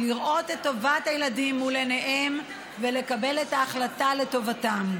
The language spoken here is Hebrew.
לראות את טובת הילדים מול עיניהם ולקבל את ההחלטה לטובתם.